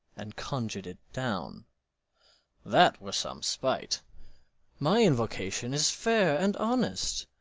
and conjur'd it down that were some spite my invocation is fair and honest,